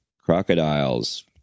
Crocodiles